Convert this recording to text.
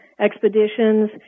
expeditions